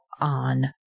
on